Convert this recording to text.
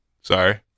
sorry